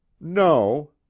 No